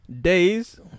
Days